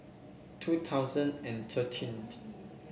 two thousand and thirteen